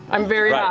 i'm very